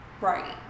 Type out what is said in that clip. Right